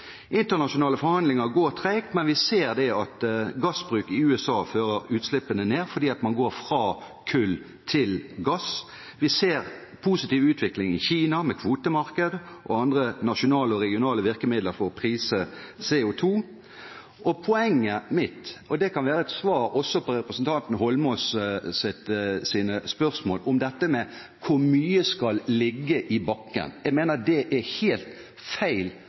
Internasjonale forhandlinger går tregt, men vi ser at gassbruk i USA fører til mindre utslipp – fordi man går fra kull til gass. Vi ser en positiv utvikling i Kina, med kvotemarked og andre nasjonale og regionale virkemidler for å få prissatt CO2. Poenget mitt kan også være et svar på representanten Eidsvoll Holmås’ spørsmål: Hvor mye skal ligge i bakken? Jeg mener det er helt feil